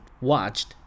watched